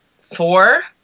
four